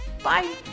Bye